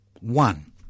One